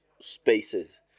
Spaces